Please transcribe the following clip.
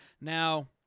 Now